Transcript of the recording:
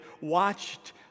watched